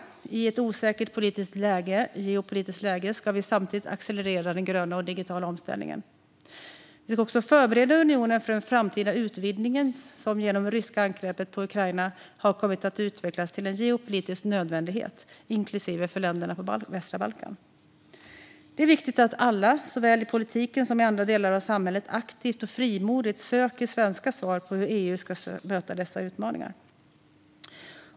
I ett osäkert geopolitiskt läge ska vi samtidigt accelerera den gröna och den digitala omställningen. Vi ska också förbereda unionen för den framtida utvidgningen som genom det ryska angreppet på Ukraina har kommit att utvecklas till en geopolitisk nödvändighet, inklusive för länderna på västra Balkan. Det är viktigt att alla, såväl i politiken som i andra delar av samhället, aktivt och frimodigt söker svenska svar på hur EU ska möta dessa utmaningar.